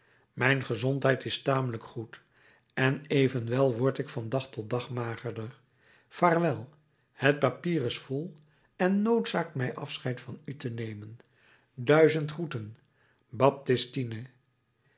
mijn gezondheid is tamelijk goed en evenwel word ik van dag tot dag magerder vaarwel het papier is vol en noodzaakt mij afscheid van u te nemen duizend groeten baptistine